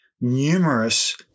numerous